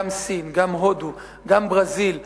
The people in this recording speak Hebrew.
גם סין, גם הודו, גם ברזיל.